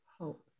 hope